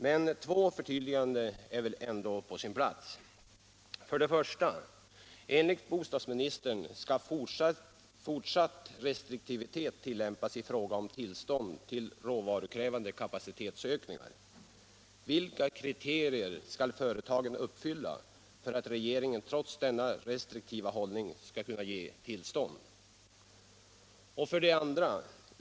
Men två förtydliganden är väl ändå på sin plats: I "Enligt bostadsministern skall fortsatt restriktivitet tillämpas i fråga om tillstånd till råvarukrävande kapacitetsökningar. Vilka kriterier skall företagen uppfylla för att regeringen trots denna restriktiva hållning skall kunna ge tillstånd? 2.